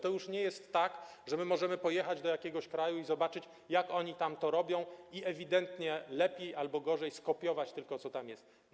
To już nie jest tak, że my możemy pojechać do jakiegoś kraju i zobaczyć, jak oni tam to robią, i ewidentnie lepiej albo gorzej skopiować tylko, co tam jest.